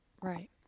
Right